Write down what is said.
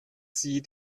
sie